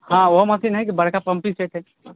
हँ ओहो मशीन है बड़का पम्पिंग सेट है